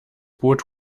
boot